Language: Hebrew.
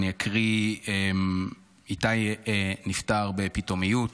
איתי נפטר בפתאומיות,